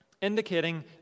indicating